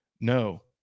No